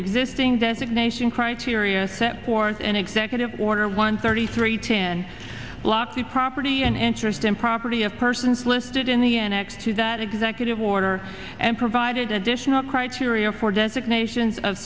existing designation criteria set forth in executive order one thirty three ten block the property and interest in property of persons listed in the annex to that executive order and provided additional criteria for designations of